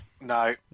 No